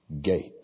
gate